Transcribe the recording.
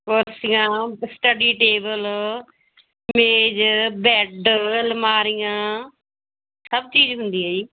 ਕੁਰਸੀਆਂ study table ਮੇਜ bed ਅਲਮਾਰੀਆਂ ਸਭ ਚੀਜ਼ ਹੁੰਦੀ ਹੈ ਜੀ